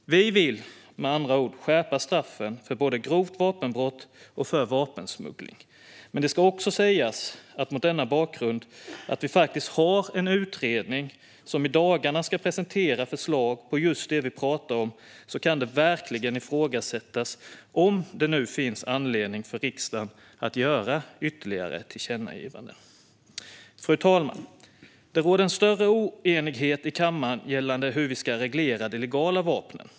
Vi vill med andra ord skärpa straffen både för grovt vapenbrott och för vapensmuggling. Men det ska också sägas, mot denna bakgrund, att vi faktiskt har en utredning som i dagarna ska presentera förslag på just det vi pratar om, och då kan det verkligen ifrågasättas om det nu finns anledning för riksdagen att göra ytterligare tillkännagivanden. Fru talman! Det råder en större oenighet i kammaren gällande hur vi ska reglera de legala vapnen.